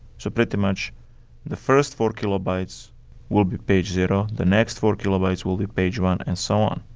so pretty much the first four kilobytes will be page zero, the next four kilobytes will be page one and so on.